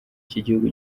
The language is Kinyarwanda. cy’igihugu